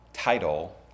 Title